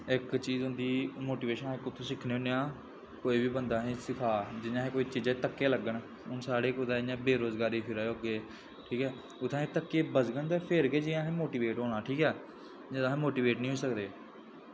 इक चीज होंदी मोटिवेशन अस कु'त्थूं सिक्खने होने आं कोई बी बंदा असें गी सखाऽ जि'यां कुसै चीजा दे असें गी धक्के लग्गन हून साढ़े कुदै इ'यां बेरोज़गार फिरा दे होगे ठीक ऐ उत्थें असें ई धक्के बजगन ते फिर गै जाइये असें मोटिवेट होना नेईं ते अस मोटिवेट निं होई सकदे